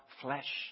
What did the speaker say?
flesh